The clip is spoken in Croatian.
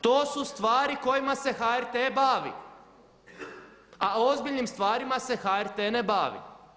To su stvari kojima se HRT bavi a ozbiljnim stvarima se HRT ne bavi.